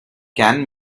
can